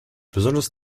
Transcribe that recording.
besonders